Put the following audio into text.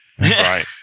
right